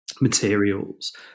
materials